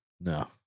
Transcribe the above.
No